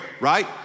right